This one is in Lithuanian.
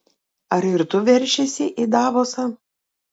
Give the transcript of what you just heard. ar ir tu veršiesi į davosą